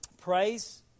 Praise